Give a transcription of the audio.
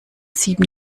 sieben